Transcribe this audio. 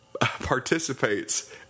participates